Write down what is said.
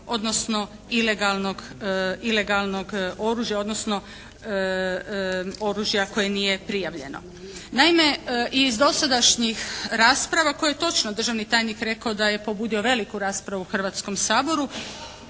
odnosno ilegalnog oružja, odnosno oružja koje nije prijavljeno. Naime, iz dosadašnjih rasprava koje je točno državni tajnik rekao, da je pobudio veliku raspravu u Hrvatskom saboru,